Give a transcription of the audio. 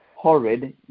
horrid